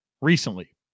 recently